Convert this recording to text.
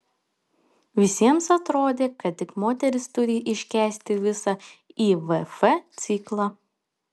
visiems atrodė kad tik moteris turi iškęsti visą ivf ciklą